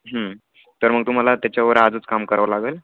तर मग तुम्हाला त्याच्यावर आजच काम करावं लागेल